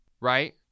Right